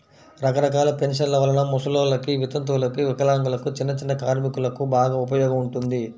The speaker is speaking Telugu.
రకరకాల పెన్షన్ల వలన ముసలోల్లకి, వితంతువులకు, వికలాంగులకు, చిన్నచిన్న కార్మికులకు బాగా ఉపయోగం ఉంటుంది